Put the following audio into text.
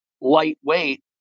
Lightweight